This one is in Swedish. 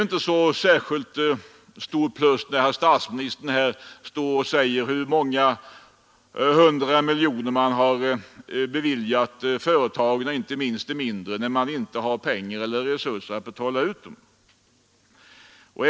När nu herr statsministern talar om hur många miljoner man har beviljat till företagen, inte minst till de mindre företagen, är ju inte detta något särskilt stort plus, när man inte har resurser att betala ut pengarna!